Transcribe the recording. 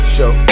Show